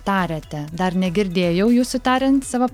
tariate dar negirdėjau jūsų tariant savo